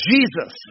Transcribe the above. Jesus